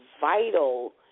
vital